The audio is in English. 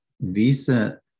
visa